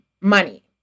money